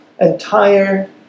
entire